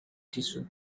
tissue